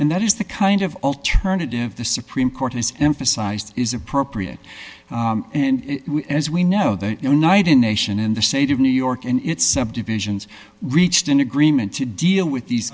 and that is the kind of alternative the supreme court has emphasized is appropriate and as we know the united nation in the state of new york and its subdivisions reached an agreement to deal with these